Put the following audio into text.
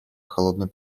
холодной